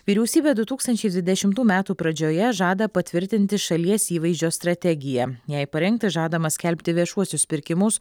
vyriausybė du tūkstančiai dvidešimtų metų pradžioje žada patvirtinti šalies įvaizdžio strategiją jai parengti žadama skelbti viešuosius pirkimus